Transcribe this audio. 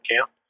camp